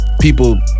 people